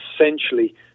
essentially